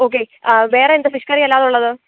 okay ആ വേറെ എന്താ ഫിഷ് കറിയല്ലാതെ ഉള്ളത്